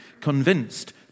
convinced